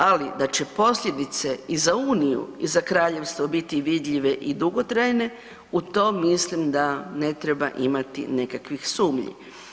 Ali da će posljedice i za Uniju i za Kraljevstvo biti vidljive i dugotrajne u tom mislim da ne treba imati nekakvih sumnji.